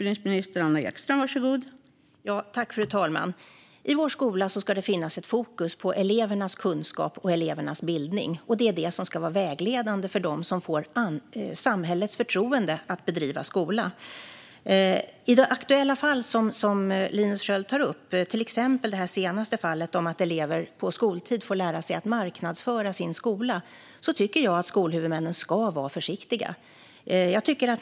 Fru talman! I vår skola ska det finnas ett fokus på elevernas kunskap och elevernas bildning. Det är detta som ska vara vägledande för dem som får samhällets förtroende att bedriva skola. I det aktuella fall som Linus Sköld tar upp - det senaste fallet, där elever på skoltid får lära sig att marknadsföra sin skola - tycker jag att skolhuvudmännen ska vara försiktiga.